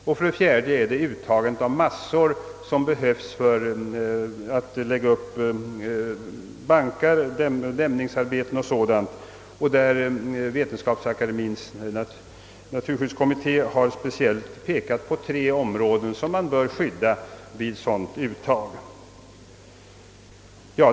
Det fjärde villkoret gäller uttagandet av massor för uppförande av bankar, till fördämningsarbeten o.s.v. Vetenskapsakademiens naturskyddskommitté har speciellt pekat på tre områden som bör skyddas vid sådant uttag.